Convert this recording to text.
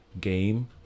game